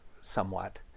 somewhat